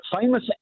famous